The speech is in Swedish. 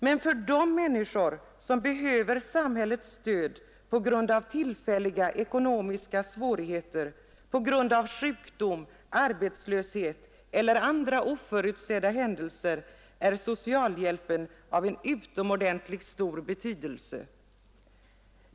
Men för de människor som behöver samhällets stöd på grund av tillfälliga ekonomiska svårigheter, på grund av sjukdom, arbetslöshet eller andra oförutsedda händelser är socialhjälpen av en utomordentligt stor betydelse.